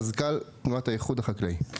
מזכ"ל תנועת האיחוד החקלאי.